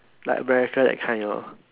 like America that kind ah